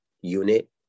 unit